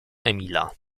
emila